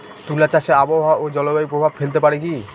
তুলা চাষে আবহাওয়া ও জলবায়ু প্রভাব ফেলতে পারে কি?